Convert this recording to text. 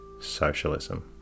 socialism